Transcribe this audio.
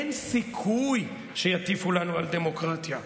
אין סיכוי שיטיפו לנו על דמוקרטיה.